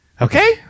Okay